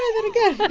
ah that again but